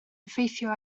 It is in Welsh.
effeithio